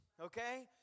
Okay